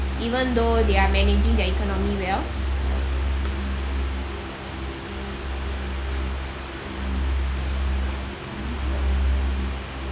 even though they are managing their economy well